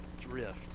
drift